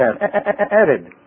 added